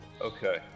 Okay